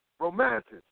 Romantic